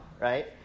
right